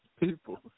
People